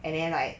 and then like